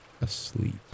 asleep